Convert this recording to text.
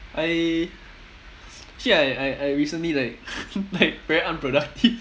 I actually I I I recently like like very unproductive